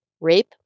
Rape